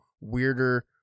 weirder